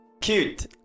Cute